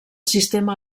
sistema